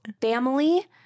family